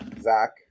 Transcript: Zach